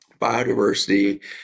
Biodiversity